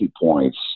points